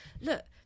look